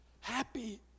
Happy